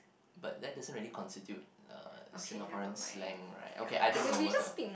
but that doesn't really constitute uh Singaporean slang right okay I don't know we c~